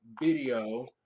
video